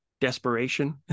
desperation